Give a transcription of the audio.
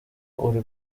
uri